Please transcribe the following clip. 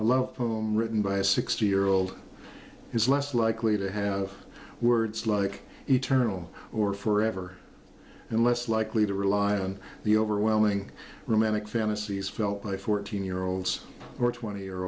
poem written by a six year old is less likely to have words like eternal or forever and less likely to rely on the overwhelming romantic fantasies felt by fourteen year olds or twenty year